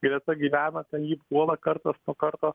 greta gyvena ten jį puola kartas nuo karto